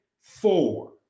four